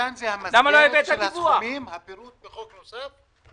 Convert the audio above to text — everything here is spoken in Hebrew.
כאן זה המסגרת של הסכומים והפירוט בחוק נוסף?